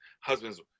husbands